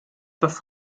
das